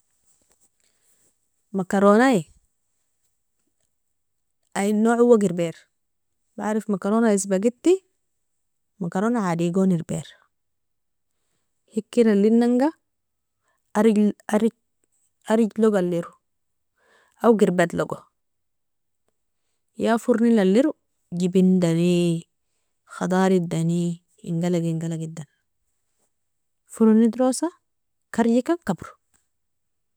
Makaronai ay noaa owo girbir, baarif makarona isbageti, makarona aadigon irbir, heiker alinanga arijlog aliero, aow girbadlogo ya fornil aliero jebindani khadaridani ingalg ingalgidan, foron idrosa karjikan kabro.